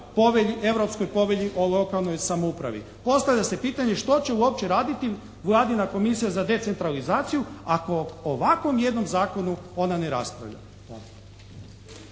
Europskoj povelji o lokalnoj samoupravi. Postavlja se pitanje što će uopće raditi vladina Komisija za decentralizaciju ako o ovakvom jednom zakonu ona ne raspravlja.